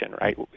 right